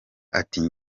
ati